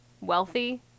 wealthy